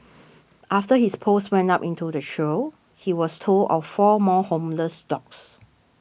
after his post went up into the trio he was told of four more homeless dogs